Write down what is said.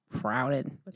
crowded